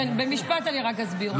כן, רק אסביר במשפט.